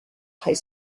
high